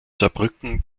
saarbrücken